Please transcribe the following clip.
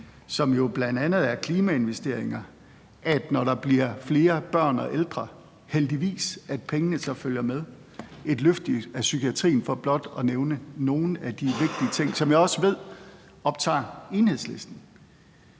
som jo bl.a. er klimainvesteringer, og at, når der bliver flere børn og ældre, heldigvis, følger pengene med, og et løft af psykiatrien, for blot at nævne nogle af de vigtige ting, som jeg også ved optager Enhedslisten.